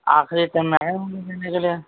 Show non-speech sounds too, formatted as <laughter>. آخری ٹائم میں آیا ہوں <unintelligible>